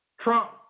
Trump